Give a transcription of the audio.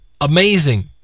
Amazing